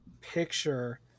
picture